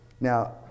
Now